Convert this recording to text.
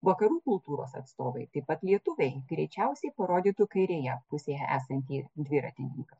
vakarų kultūros atstovai taip pat lietuviai greičiausiai parodytų kairėje pusėje esantį dviratininką